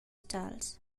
tals